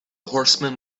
horseman